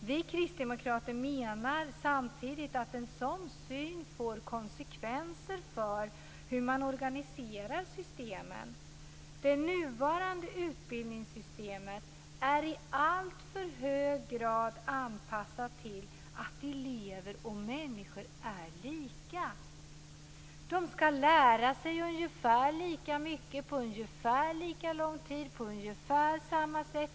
Vi kristdemokrater menar samtidigt att en sådan syn får konsekvenser för hur man organiserar systemen. Det nuvarande utbildningssystemet är i alltför hög grad anpassat till att elever och människor är lika. De skall lära sig ungefär lika mycket på ungefär lika lång tid och på ungefär samma sätt.